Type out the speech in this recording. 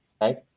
right